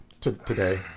Today